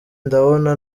ndabona